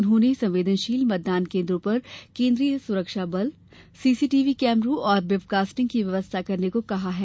उन्होंने संवेदनशील मतदान केन्द्रों पर केन्द्रीय सुरक्षा बल सीसीटीव्ही कैमरों और वेबकास्टिंग की व्यवस्था करने को कहा है